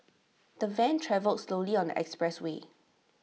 the van travelled slowly on the expressway